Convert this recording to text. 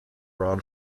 ron